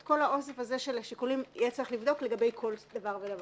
את כל האוסף הזה של השיקולים יהיה צריך לבדוק לגבי כל דבר ודבר.